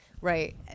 Right